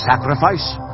sacrifice